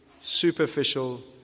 superficial